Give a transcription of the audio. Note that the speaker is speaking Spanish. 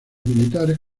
militares